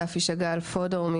היו"ר, אני